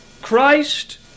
Christ